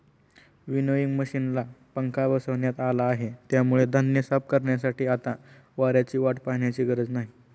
winnowing मशिनला पंखा बसवण्यात आला आहे, त्यामुळे धान्य साफ करण्यासाठी आता वाऱ्याची वाट पाहण्याची गरज नाही